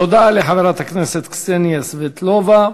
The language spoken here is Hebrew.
תודה לחברת הכנסת קסניה סבטלובה.